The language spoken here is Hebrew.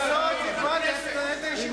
אתה לא תקבע לי איך לנהל את הישיבה.